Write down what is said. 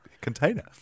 container